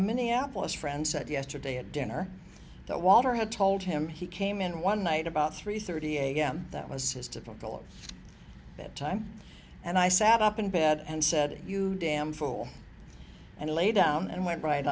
minneapolis friend said yesterday at dinner that walter had told him he came in one night about three thirty am that was his typical of that time and i sat up in bed and said you damn fool and lay down and went right